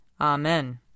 Amen